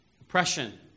oppression